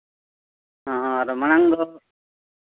ᱦᱮᱸ ᱟᱨ ᱢᱟᱲᱟᱝ ᱫᱚ